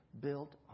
built